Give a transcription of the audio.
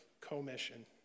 commission